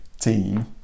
team